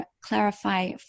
clarify